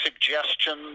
suggestions